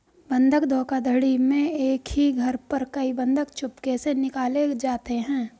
बंधक धोखाधड़ी में एक ही घर पर कई बंधक चुपके से निकाले जाते हैं